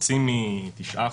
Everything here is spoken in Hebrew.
וכשקופצים מ-9%,